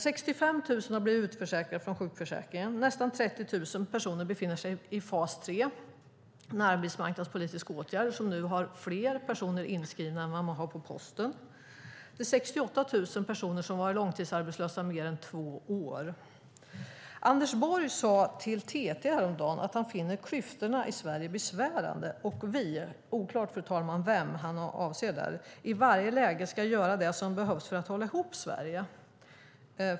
65 000 har blivit utförsäkrade från sjukförsäkringen. Nästan 30 000 personer befinner sig i fas 3. Det är en arbetsmarknadspolitisk åtgärd som nu har fler personer inskrivna än vad som jobbar på Posten. Det är 68 000 personer som har varit långtidsarbetslösa i mer än två år. Anders Borg sade häromdagen till TT att han finner klyftorna i Sverige besvärande och att "vi" - det är oklart vem han avser där, fru talman - i varje läge ska göra det som behövs för att hålla ihop Sverige.